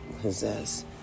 possess